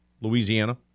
Louisiana